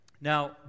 Now